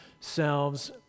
selves